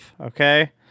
okay